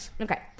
Okay